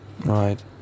right